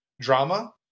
drama